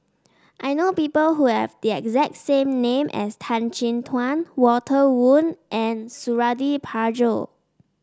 I know people who have the exact same name as Tan Chin Tuan Walter Woon and Suradi Parjo